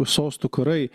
sostų karai